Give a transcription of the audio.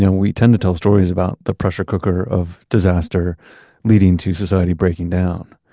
and we tend to tell stories about the pressure cooker of disaster leading to society breaking down.